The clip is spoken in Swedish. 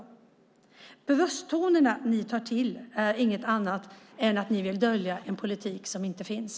De brösttoner ni tar till är inget annat än att ni vill dölja en politik som inte finns.